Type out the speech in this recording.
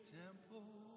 temple